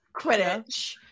Quidditch